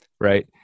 right